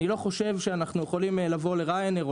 אני לא חושב שאנחנו יכולים לבוא ל-ריינר או